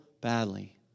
badly